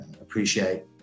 appreciate